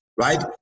right